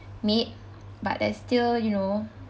made but there's still you know